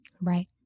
right